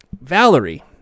Valerie